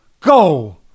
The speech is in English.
go